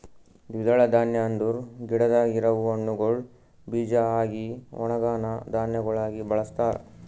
ದ್ವಿದಳ ಧಾನ್ಯ ಅಂದುರ್ ಗಿಡದಾಗ್ ಇರವು ಹಣ್ಣುಗೊಳ್ ಬೀಜ ಆಗಿ ಒಣುಗನಾ ಧಾನ್ಯಗೊಳಾಗಿ ಬಳಸ್ತಾರ್